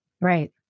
Right